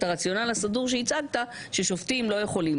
הרציונל הסדור שהצגת ששופטים לא יכולים,